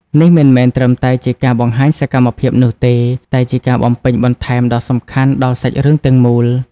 នេះមិនមែនត្រឹមតែជាការបង្ហាញសកម្មភាពនោះទេ តែជាការបំពេញបន្ថែមដ៏សំខាន់ដល់សាច់រឿងទាំងមូល។